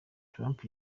trump